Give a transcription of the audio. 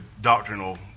doctrinal